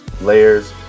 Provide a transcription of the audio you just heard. Layers